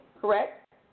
Correct